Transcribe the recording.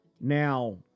Now